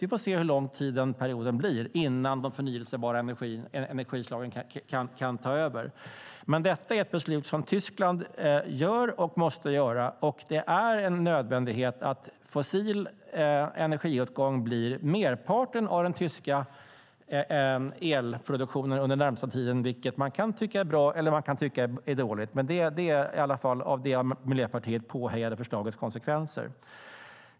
Vi får se hur lång perioden blir innan de förnybara energislagen kan ta över. Detta är dock ett beslut Tyskland tar och måste ta, och det är en nödvändighet att fossil energiåtgång blir merparten av den tyska elproduktionen under den närmaste tiden. Det kan man tycka är bra, eller så kan man tycka att det är dåligt - det är i alla fall konsekvenserna av det förslag Miljöpartiet hejade på.